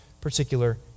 particular